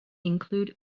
include